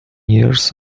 years